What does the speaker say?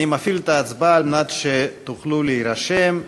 אני מפעיל את ההצבעה על מנת שתוכלו להירשם.